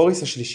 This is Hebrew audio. בוריס השלישי,